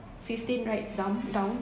fifteen rides down down